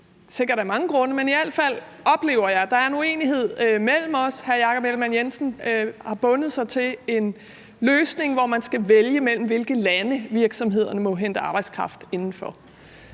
sikkert af mange grunde, men i alt fald oplever jeg, at der er en uenighed mellem os. Hr. Jakob Ellemann-Jensen har bundet sig til en løsning, som betyder, at man skal vælge mellem, hvilke lande virksomhederne må hente arbejdskraft fra.